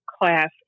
class